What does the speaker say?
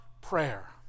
prayer